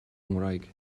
ngwraig